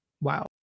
WoW